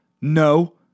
no